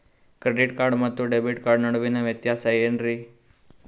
Credit card ಮತ್ತು debit card ನಡುವಿನ ವ್ಯತ್ಯಾಸ ವೇನ್ರೀ?